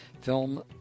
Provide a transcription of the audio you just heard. film